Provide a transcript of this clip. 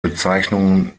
bezeichnungen